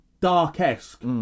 dark-esque